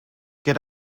get